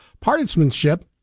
partisanship